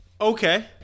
Okay